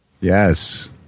Yes